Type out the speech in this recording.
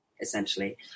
essentially